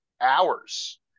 hours